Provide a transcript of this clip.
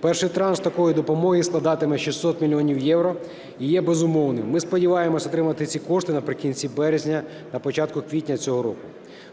Перший транш такої допомоги складатиме 600 мільйонів євро і є безумовним. Ми сподіваємося отримати ці кошти наприкінці березня - на початку квітня цього року.